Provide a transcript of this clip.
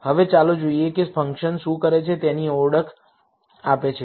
હવે ચાલો જોઈએ કે ફંક્શન શું કરે છે તેની ઓળખ આપે છે